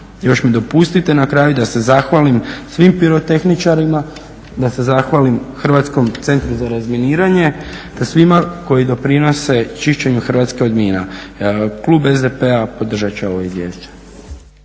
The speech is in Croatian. Još mi dopustite na kraju da se zahvalim svim pirotehničarima, HCR-u, svima koji doprinose čišćenju Hrvatske od mina. Klub SDP-a podržat će ovo izvješće.